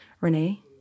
Renee